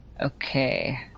Okay